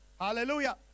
hallelujah